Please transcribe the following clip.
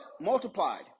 Multiplied